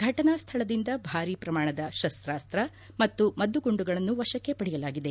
ಘಟನಾ ಸ್ವಳದಿಂದ ಭಾರೀ ಪ್ರಮಾಣದ ಶಸ್ತಾಸ್ತ ಮತ್ತು ಮದ್ದುಗುಂಡುಗಳನ್ನು ವಶಕ್ಕೆ ಪಡೆಯಲಾಗಿದೆ